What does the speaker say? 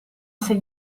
sei